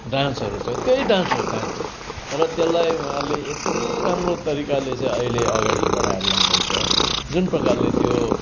डान्सहरू छ त्यही डान्स हो डान्स चाहिँ तर त्यसलाई उहाँले यति राम्रो तरिकाले चाहिँ अहिले अगाडि बडाएर लाँदैछ जुन प्रकारले त्यो